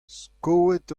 skoet